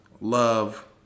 love